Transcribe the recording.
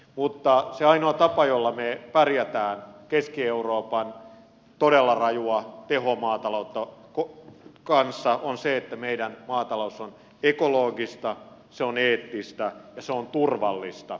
mutta se ainoa tapa jolla me pärjäämme keski euroopan todella rajun tehomaatalouden kanssa on se että meidän maataloutemme on ekologista se on eettistä ja se on turvallista